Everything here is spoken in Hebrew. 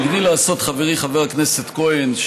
הגדיל לעשות חברי חבר הכנסת כהן,